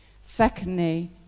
secondly